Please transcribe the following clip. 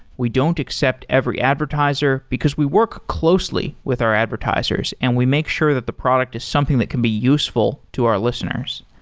we don't accept every advertiser, because we work closely with our advertisers and we make sure that the product is something that can be useful to our listeners.